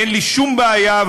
אין לי שום בעיה,